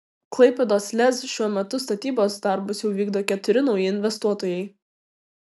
klaipėdos lez šiuo metu statybos darbus jau vykdo keturi nauji investuotojai